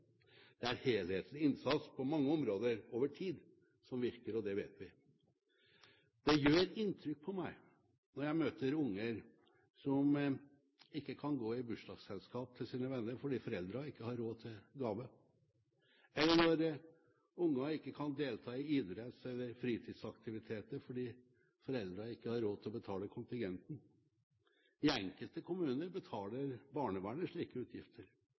Det er helhetlig innsats på mange områder over tid som virker, og det vet vi. Det gjør inntrykk på meg når jeg møter unger som ikke kan gå i bursdagsselskap til sine venner fordi foreldrene ikke har råd til gave, eller når unger ikke kan delta i idretts- eller fritidsaktiviteter fordi foreldrene ikke har råd til å betale kontingenten. I enkelte kommuner betaler barnevernet slike utgifter.